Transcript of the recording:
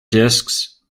discs